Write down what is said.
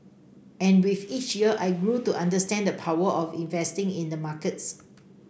and with each year I grew to understand the power of investing in the markets